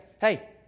hey